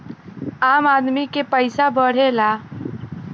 आम आदमी के पइसा बढ़ेला